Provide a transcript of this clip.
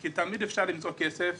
כי תמיד אפשר למצוא כסף